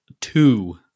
two